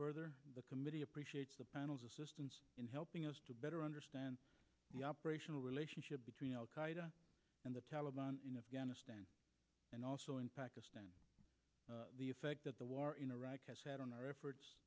eliminated the committee appreciates the panel's assistance in helping us to better understand the operational relationship between al qaeda and the taliban in afghanistan and also in pakistan the effect that the war in iraq has had on our efforts